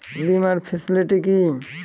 বীমার ফেসিলিটি কি?